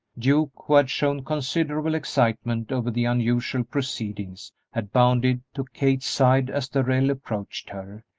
duke, who had shown considerable excitement over the unusual proceedings, had bounded to kate's side as darrell approached her,